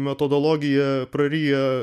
metodologija praryja